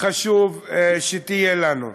חשוב שתהיה לנו.